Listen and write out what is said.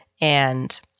and-